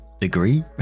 degree